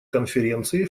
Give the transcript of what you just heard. конференции